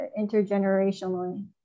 intergenerationally